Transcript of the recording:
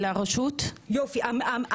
התשובה כן.